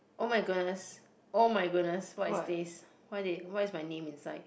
oh my goodness oh my goodness what is this why did why is my name inside